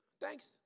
Thanks